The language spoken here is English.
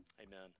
Amen